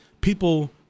people